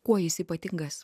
kuo jis ypatingas